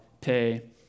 pay